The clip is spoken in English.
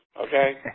okay